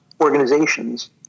organizations